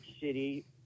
City